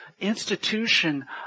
institution